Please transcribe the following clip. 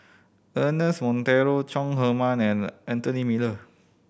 Ernest Monteiro Chong Heman and Anthony Miller